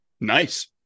Nice